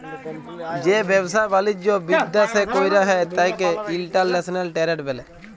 যে ব্যাবসা বালিজ্য বিদ্যাশে কইরা হ্যয় ত্যাকে ইন্টরন্যাশনাল টেরেড ব্যলে